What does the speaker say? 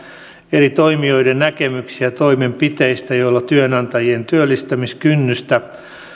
eri toimijoiden näkemyksiä toimenpiteistä joilla työnantajien työllistämiskynnystä